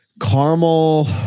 caramel –